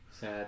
Sad